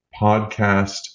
Podcast